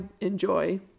enjoy